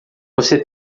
você